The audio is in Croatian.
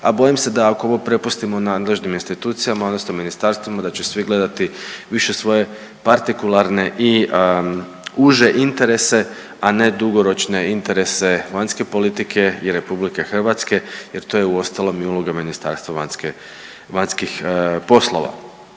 a bojim se da ako ovo prepustimo nadležnim institucijama odnosno ministarstvima da će svi gledati više svoje partikularne i uže interese, a ne dugoročne interese vanjske politike i Republike Hrvatske jer to je uostalom i uloga Ministarstva vanjskih poslova.